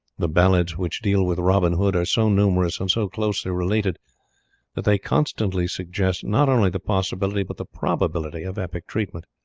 the ballads which deal with robin hood are so numerous and so closely related that they constantly suggest, not only the possibility, but the probability of epic treatment.